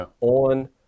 on